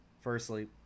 Firstly